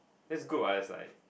that's good what that's like